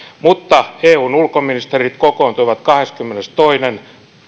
mutta eun ulkoministerit kokoontuivat kahdeskymmenestoinen